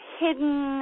hidden